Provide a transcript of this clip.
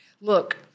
look